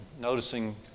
noticing